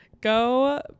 Go